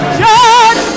judge